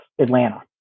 Atlanta